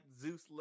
Zeus